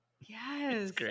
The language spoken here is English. Yes